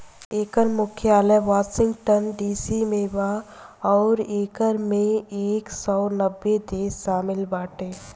एकर मुख्यालय Washington DC में बा अउरी एकरा में एक सौ नब्बे देश शामिल बाटे